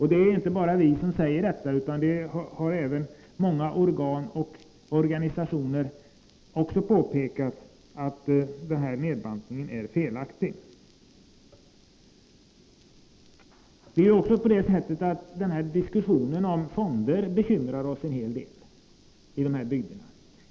Det är inte bara vi som säger detta, utan även många organ och organisationer har också påpekat att denna nedbantning är felaktig. Diskussionen om fonder bekymrar oss en hel del i de här bygderna.